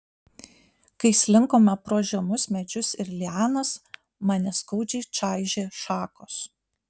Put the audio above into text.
kai slinkome pro žemus medžius ir lianas mane skaudžiai čaižė šakos